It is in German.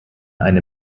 eine